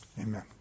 Amen